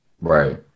Right